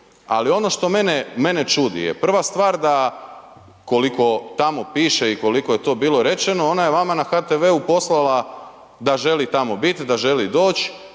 ali ono što mene čudi je, prva stvar da koliko tamo piše i koliko je to bilo rečeno, ona je vama na HTV-u poslala da želi tamo bit, da želi doć,